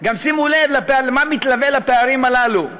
שימו לב מה מתלווה לפערים הללו.